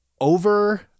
over